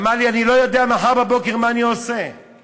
אמר לי: אני לא יודע מה אני עושה מחר בבוקר,